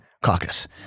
caucus